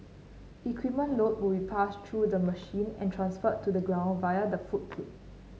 equipment load will be passed through the machine and transferred to the ground via the footplate